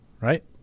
Right